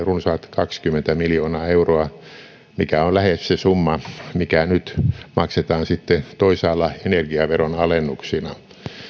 runsaat kaksikymmentä miljoonaa euroa mikä on lähes se summa mikä nyt maksetaan toisaalla energiaveron alennuksina